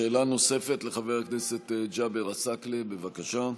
שאלה נוספת, לחבר הכנסת ג'אבר עסאקלה, בבקשה.